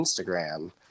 Instagram